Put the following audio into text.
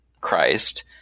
Christ